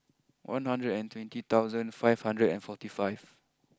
one hundred and twenty thousand five hundred and forty five